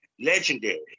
legendary